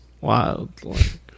wild